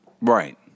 Right